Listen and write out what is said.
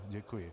Děkuji.